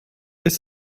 ist